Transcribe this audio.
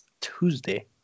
Tuesday